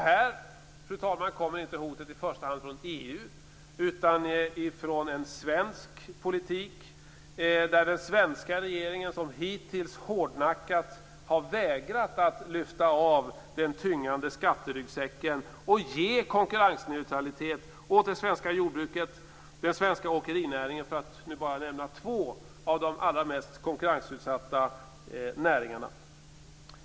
Hotet kommer inte i första hand från EU, utan från den svenska politiken. Den svenska regeringen har hittills hårdnackat vägrat att lyfta av den tyngande skatteryggsäcken och ge konkurrensneutralitet åt det svenska jordbruket och den svenska åkerinäringen, för att nämna två av de allra mest konkurrensutsatta näringarna.